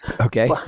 Okay